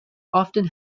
often